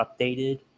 updated